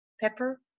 Pepper